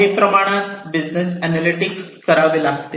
काही प्रमाणात business analytics करावे लागते